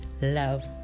love